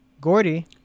Gordy